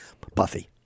Puffy